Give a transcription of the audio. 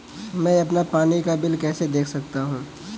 मैं अपना पानी का बिल कैसे देख सकता हूँ?